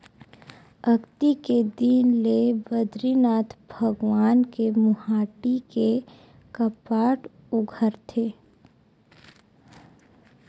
अक्ती के दिन ले बदरीनरायन भगवान के मुहाटी के कपाट उघरथे